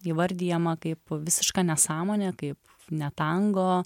įvardijama kaip visiška nesąmonė kaip ne tango